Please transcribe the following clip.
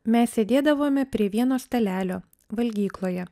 mes sėdėdavome prie vieno stalelio valgykloje